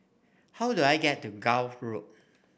how do I get to Gul Road